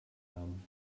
namen